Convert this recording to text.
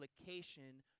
application